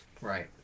Right